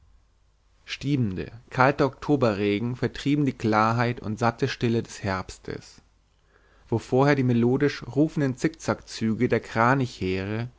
stiebende kalte oktoberregen vertrieben die klarheit und satte stille des herbstes wo vorher die melodisch rufenden zickzackzüge der kranichheere